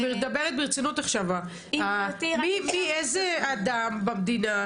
איזה אדם במדינה,